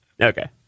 Okay